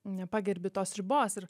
nepagerbi tos ribos ir